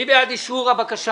מי בעד אישור הבקשה?